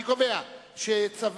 אני קובע שצו